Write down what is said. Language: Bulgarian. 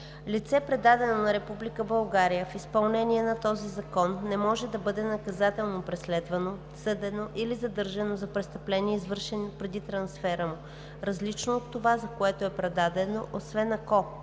Лице, предадено на Република България в изпълнение на този закон, не може да бъде наказателно преследвано, съдено или задържано за престъпление, извършено преди трансфера му, различно от това, за което е предадено, освен ако: